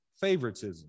favoritism